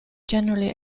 generally